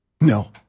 No